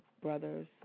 brothers